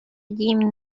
jim